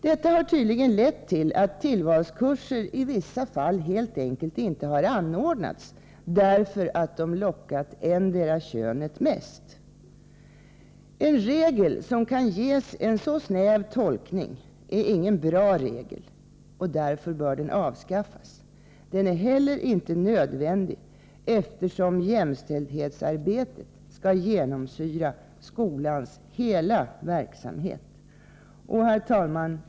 Detta har tydligen lett till att tillvalskurser i vissa fall helt enkelt inte anordnats, därför att de lockat endera könet mest. En regel som kan ges en så snäv tolkning är ingen bra regel, och därför bör den avskaffas. Den är inte heller nödvändig, eftersom jämställdhetsarbetet skall genomsyra skolans hela verksamhet. Herr talman!